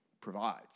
provides